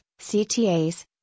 CTAs